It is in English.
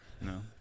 no